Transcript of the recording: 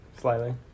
slightly